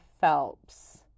Phelps